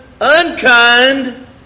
unkind